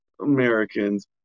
Americans